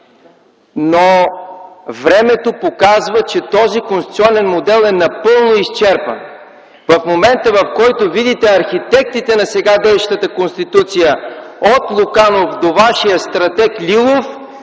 но времето показва, че този конституционен модел е напълно изчерпан. В момента, в който видите архитектите на сега действащата Конституция – от Луканов до вашия стратег Лилов,